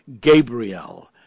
Gabriel